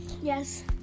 Yes